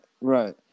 right